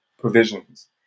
provisions